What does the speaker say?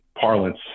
parlance